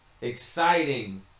exciting